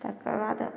तकर बाद